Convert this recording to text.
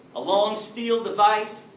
a long steel device,